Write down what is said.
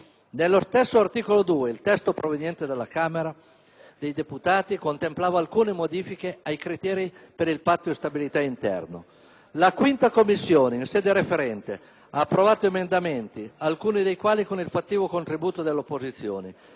Nello stesso articolo 2 il testo proveniente dalla Camera dei deputati contemplava alcune modifiche ai criteri per il patto di stabilità interno. La 5a Commissione permanente in sede referente ha approvato emendamenti, alcuni dei quali con il fattivo contributo dell'opposizione,